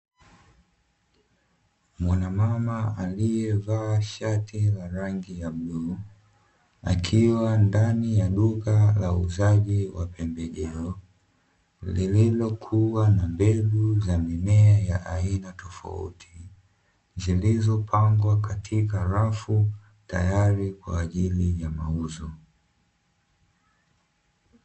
Mwanamama aliyevaa shati la rangi ya bluu, akiwa ndani ya duka la uuzaji wa pembejeo, lililokikuwa na mbegu za mimea ya aina tofauti, zilizopangwa katika rafu tayari kwa ajili ya mauzo.